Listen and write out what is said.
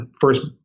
first